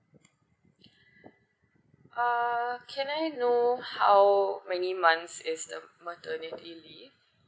uh can I know how many months is the maternity leave